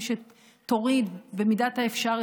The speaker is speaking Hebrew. במידת האפשר,